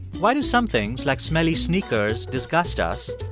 why do some things, like smelly sneakers, disgust us,